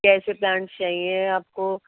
کیسے پلانٹس چاہییں ہیں آپ کو